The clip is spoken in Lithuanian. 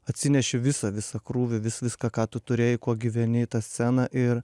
atsineši visą visą krūvį viską ką tu turėjai kuo gyveni į tą sceną ir